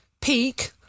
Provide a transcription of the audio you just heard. Peak